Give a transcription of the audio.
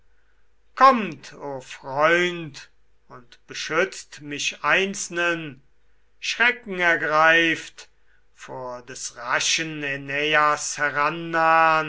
kommt o freund und beschützt mich einzelnen schrecken ergreift vor des raschen äneias herannahn